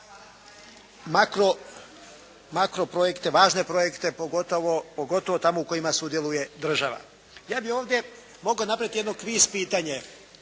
makro-projekte, važne projekte, pogotovo tamo u kojima sudjeluje država. Ja bi ovdje mogao napraviti jedno kviz pitanje